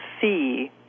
see